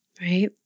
right